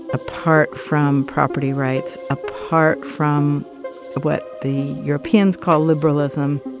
apart from property rights, apart from what the europeans call liberalism.